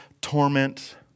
torment